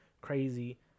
crazy